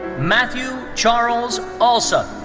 matthew charles allsop.